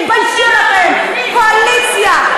תתביישו לכם, קואליציה.